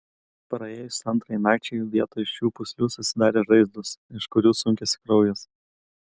praėjus antrai nakčiai vietoj šių pūslių susidarė žaizdos iš kurių sunkėsi kraujas